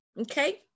Okay